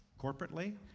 corporately